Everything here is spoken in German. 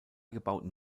gebauten